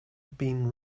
been